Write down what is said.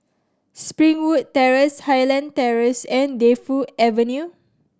Springwood Terrace Highland Terrace and Defu Avenue